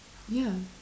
ya